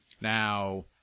Now